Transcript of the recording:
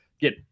get